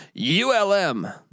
ULM